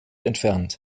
entfernt